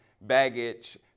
baggage